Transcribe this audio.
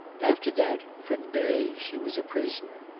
after that, for days she was a prisoner.